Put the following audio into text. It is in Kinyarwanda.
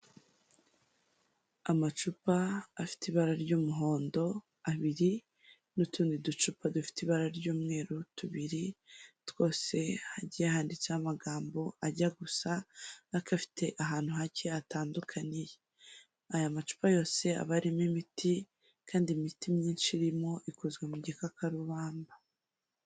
Amacupa afite ibara ry'umuhondo abiri, n'utundi ducupa dufite ibara ry'umweru tubiri, twose hagiye handitseho amagambo ajya gusa ariko afite ahantu hake atandukaniye, aya macupa yose aba arimo imiti kandi imiti myinshi irimo ikozwe mu gikakarubamba.